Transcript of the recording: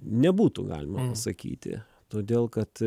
nebūtų galima pasakyti todėl kad